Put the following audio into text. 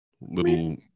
little